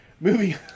Movie